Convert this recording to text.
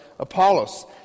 Apollos